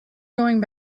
going